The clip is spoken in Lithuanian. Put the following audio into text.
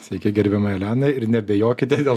sveiki gerbiama elena ir neabejokite dėl